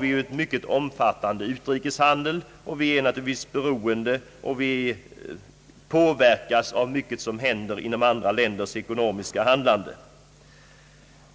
Vi har en mycket omfattande utrikeshandel och är naturligtvis beroende av och påverkas av andra länders ekonomiska handlande.